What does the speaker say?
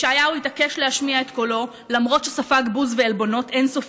ישעיהו התעקש להשמיע את קולו למרות שספג בוז ועלבונות אין-סופיים.